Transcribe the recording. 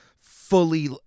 fully